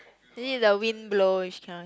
is it the wind blow then she cannot